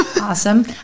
awesome